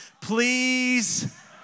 please